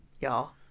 y'all